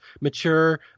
mature